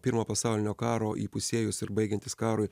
pirmo pasaulinio karo įpusėjus ir baigiantis karui